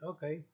Okay